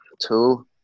two